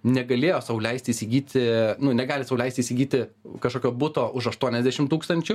negalėjo sau leisti įsigyti nu negali sau leisti įsigyti kažkokio buto už aštuoniasdešim tūkstančių